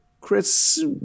Chris